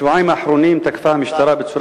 בשבועיים האחרונים תקפה המשטרה בצורה